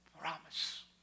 promise